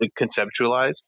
conceptualize